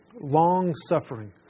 long-suffering